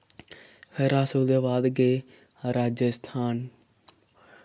फिर अस उ'दे बाद गे राजेस्थान